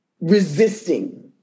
resisting